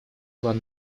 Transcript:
план